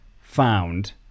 found